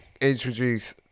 introduce